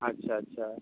अच्छा अच्छा